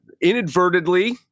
inadvertently